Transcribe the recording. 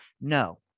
No